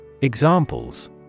Examples